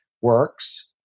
works